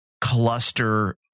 cluster